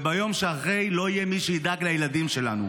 וביום שאחרי לא יהיה מי שידאג לילדים שלנו.